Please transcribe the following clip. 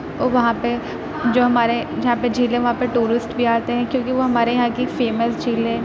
اور وہاں پہ جو ہمارے جہاں پہ جھیل ہے وہاں پہ ٹورسٹ بھی آتے ہیں کیونکہ وہ ہمارے یہاں کی فیمس جھیل ہے